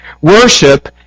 Worship